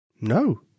No